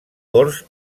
corts